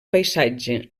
paisatges